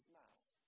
mouth